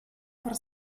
per